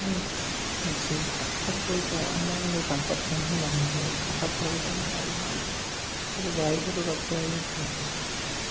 ଏବଂ ସେଇ ତାଙ୍କରି ପଇସା ଆମେ ଆଣି ତାଙ୍କରି ଠେଇଁ ହିଁ ଲଗେଇ ଥାଉ ଯାହା ଫଳରେ ଗାଈ ଆମ ଗାଈ ଗୋରୁ ରଖିବା ହିଁ ଭଲ